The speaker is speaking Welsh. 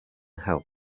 help